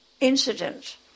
incident